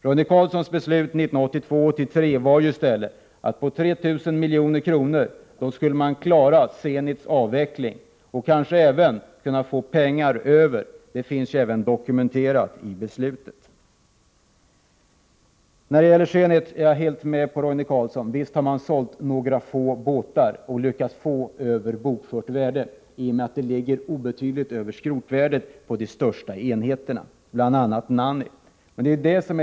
Roine Carlssons beslut 1982/83 innebar att man med 3 000 miljoner skulle klara Zenits avveckling och kanske även få pengar över. Detta finns dokumenterat i beslutet. När det gäller Zenit håller jag helt med Roine Carlsson. Visst har man sålt några få båtar och lyckats få betalt över bokfört värde i och med att detta värde ligger obetydligt över skrotvärdet på de största enheterna, bl.a. beträffande Nanny.